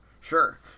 Sure